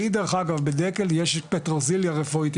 לי דרך אגב בדקל יש פטרוזיליה רפואית,